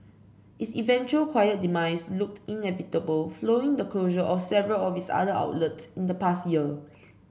its eventual quiet demise looked inevitable following the closure of several of its other outlets in the past year